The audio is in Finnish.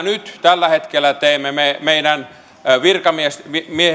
tällä hetkellä teemme meidän virkamiehemme